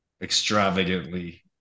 extravagantly